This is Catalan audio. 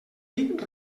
dic